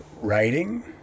Writing